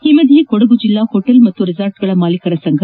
ಈ ಮಧ್ಯೆ ಕೊಡಗು ಜಿಲ್ಲಾ ಹೊಟೀಲ್ ಹಾಗೂ ರೆಸಾರ್ಟ್ಗಳ ಮಾಲೀಕರ ಸಂಫ